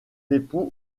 époux